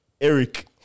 Eric